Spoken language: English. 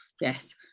yes